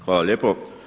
Hvala lijepo.